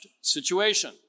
situation